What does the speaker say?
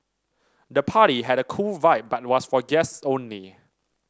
the party had a cool vibe but was for guest only